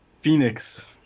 Phoenix